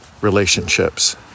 relationships